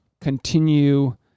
continue